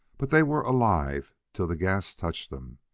but they were alive till the gas touched them.